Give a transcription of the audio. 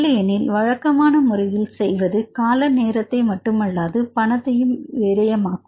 இல்லையெனில் வழக்கமான முறையில் செய்வது கால நேரத்தை மட்டுமல்லாது பணத்தையும் விரயமாக்கும்